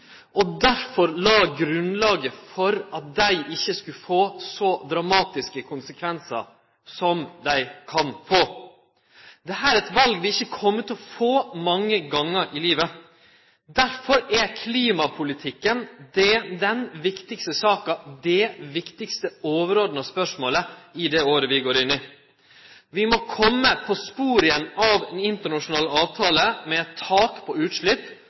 vil derfor leggje grunnlaget for at dei ikkje skal få så dramatiske konsekvensar som dei kan få. Dette er eit val vi ikkje kjem til å få mange gonger i livet. Derfor er klimapolitikken den viktigaste saka, det viktigaste overordna spørsmålet, i det året vi går inn i. Vi må kome på sporet igjen av ein internasjonal avtale med tak på